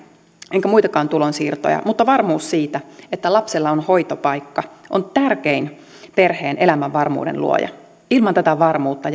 enkä muitakaan tulonsiirtoja mutta varmuus siitä että lapsella on hoitopaikka on tärkein perheen elämänvarmuuden luoja ilman tätä varmuutta